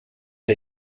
der